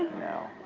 no.